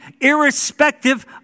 irrespective